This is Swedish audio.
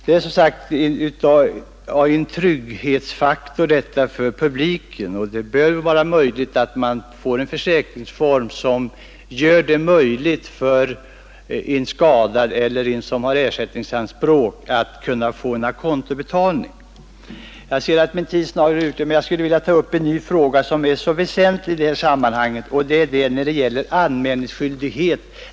Detta är som sagt en trygghetsfaktor för publiken, och det bör väl vara möjligt att få en sådan försäkringsform att en person som har ersättningsanspråk kan erhålla a-contobetalning. Jag ser att tiden för mitt inlägg snart är ute, men jag skulle vilja helt kort ta upp en annan fråga som är väsentlig i detta sammanhang, nämligen anmälningsskyldigheten.